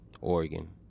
Oregon